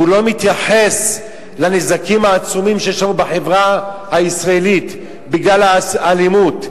ולא מתייחס לנזקים העצומים שיש לנו בחברה הישראלית בגלל האלימות,